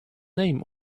name